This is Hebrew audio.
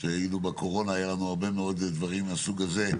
כשהיינו בקורונה היו לנו הרבה מאוד דברים מהסוג הזה,